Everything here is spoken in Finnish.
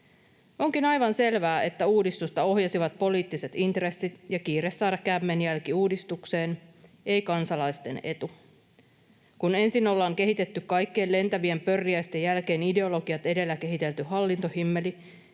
Onkin aivan selvää, että uudistusta ohjasivat poliittiset intressit ja kiire saada kämmenjälki uudistukseen, ei kansalaisten etu, kun ensin oltiin kehitetty kaikkien lentävien pörriäisten jälkeen ideologiat edellä kehitelty hallintohimmeli,